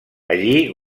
allí